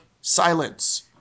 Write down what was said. silence